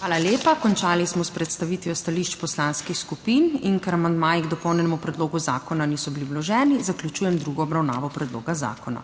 Hvala lepa. Končali smo s predstavitvijo stališč poslanskih skupin. In ker amandmaji k dopolnjenemu predlogu zakona niso bili vloženi, zaključujem drugo obravnavo predloga zakona.